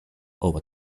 over